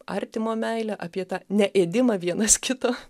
artimo meilę apie tą ne ėdimą vienas kito